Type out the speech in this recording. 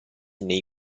nei